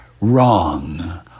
Wrong